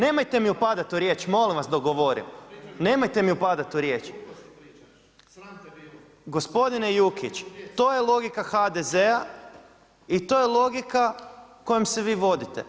Nemojte mi upadati u riječ, molim vas dok govorim, nemojte mi upadati u riječ … [[Upadica se ne čuje.]] Gospodin Jukić, to je logika HDZ-a i to je logika kojom se vi vodite.